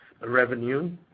revenue